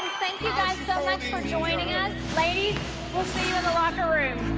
thank you guys so much for joining us. ladies we'll see you in the locker room.